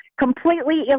completely